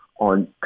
on